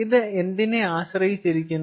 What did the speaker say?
ഇത് എന്തിനെ ആശ്രയിച്ചിരിക്കുന്നു